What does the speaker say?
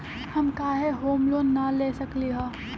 हम काहे home loan न ले सकली ह?